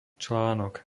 článok